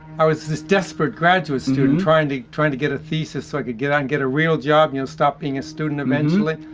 i was this desperate graduate student trying to trying to get a thesis so i could get out and get a real job. you know stop being a student eventually.